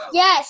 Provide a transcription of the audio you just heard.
yes